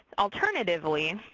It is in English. alternatively,